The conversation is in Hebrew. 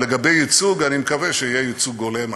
לגבי ייצוג, אני מקווה שיהיה ייצוג הולם.